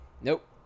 Nope